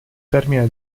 termine